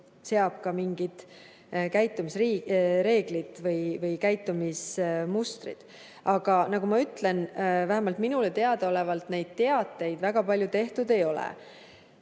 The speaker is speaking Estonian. seab ka mingid käitumisreeglid või tekitab käitumismustrid. Aga nagu ma ütlesin, vähemalt minule teadaolevalt neid teateid väga palju ei